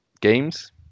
games